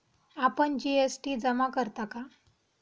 आपण जी.एस.टी जमा करता का?